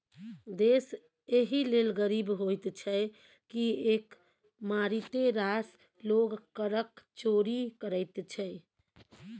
देश एहि लेल गरीब होइत छै किएक मारिते रास लोग करक चोरि करैत छै